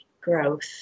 growth